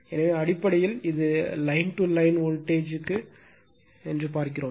எனவே அடிப்படையில் இது லைன் to லைன் வோல்டேஜ் ற்கு பார்க்கிறோம்